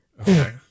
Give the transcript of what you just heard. Okay